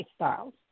lifestyles